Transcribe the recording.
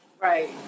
right